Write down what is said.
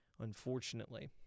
unfortunately